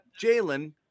Jalen